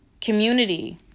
Community